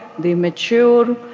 they mature.